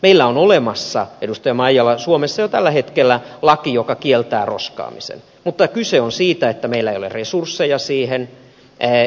meillä on olemassa edustaja maijala suomessa jo tällä hetkellä laki joka kieltää roskaamisen mutta kyse on siitä että meillä ei ole resursseja sen valvontaan